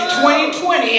2020